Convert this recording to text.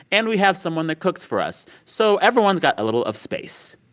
and we have someone that cooks for us. so everyone's got a little of space.